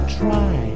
try